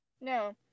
No